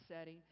setting